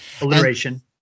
Alliteration